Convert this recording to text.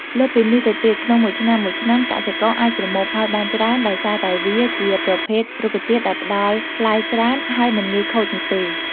លើសពីនេះទៅទៀត ក្នុងមួយឆ្នាំៗកសិករអាចប្រមូលផលបានច្រើន ដោយសារតែវាជាប្រភេទរុក្ខជាតិដែលផ្ដល់ផ្លែច្រើន ហើយមិនងាយខូចនោះទេ។